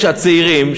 הצעירים,